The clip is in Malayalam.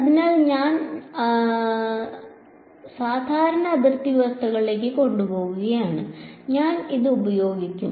അതിനാൽ അത് ഞങ്ങളെ സാധാരണ അതിർത്തി അവസ്ഥകളിലേക്ക് കൊണ്ടുപോകുന്നു ഞാൻ അത് ഉപയോഗിക്കും